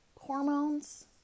hormones